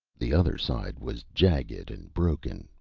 the other side was jagged and broken,